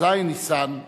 בכ"ז בניסן,